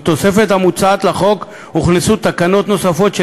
ולתוספת המוצעת לחוק הוכנסו תקנות נוספות,